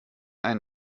ein